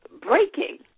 breaking